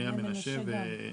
בני מנשה גם.